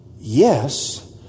yes